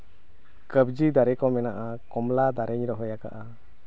ᱠᱟᱵᱽᱡᱤ ᱫᱟᱨᱮ ᱠᱚ ᱢᱮᱱᱟᱜᱼᱟ ᱠᱚᱢᱞᱟ ᱫᱟᱨᱮᱧ ᱨᱚᱦᱚᱭ ᱟᱠᱟᱜᱼᱟ